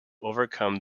overcome